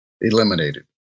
eliminated